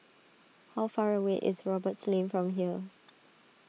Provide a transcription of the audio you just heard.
how far away is Roberts Lane from here